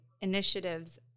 initiatives